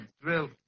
drill